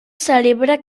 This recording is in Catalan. celebra